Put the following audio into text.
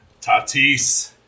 Tatis